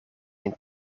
een